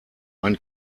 ein